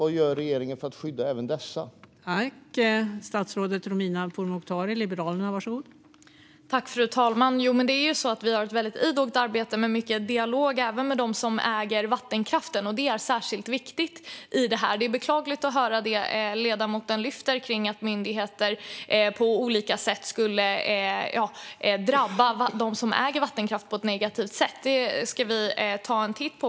Vad gör regeringen för att skydda även dessa dammar?